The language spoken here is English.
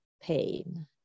pain